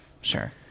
Sure